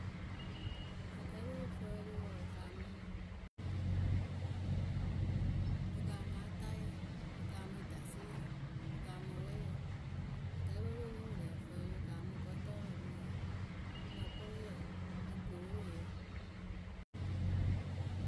Akɛɛpǝ we pɨ fǝǝlɨ wǝǝ pɨ kaamɨ, pɨ kaamɨ atayǝ, pɨ kaamɨ adsɩrǝ, pɨ kaamɨ wɛɛyǝ. Akɛɛpǝ le epǝ we pɨ lǝǝ fǝǝlɨ pɨ kaamɨ gɔtɔɔrǝ mɨ mɨ kʊruyǝ mɨ kooroyǝ.